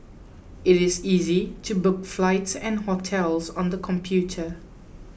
it is easy to book flights and hotels on the computer